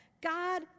God